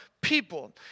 people